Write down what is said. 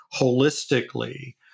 holistically